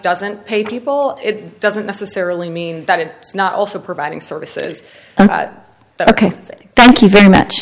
doesn't pay people it doesn't necessarily mean that it is not also providing services ok thank you very much